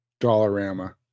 Dollarama